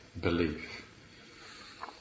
belief